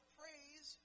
praise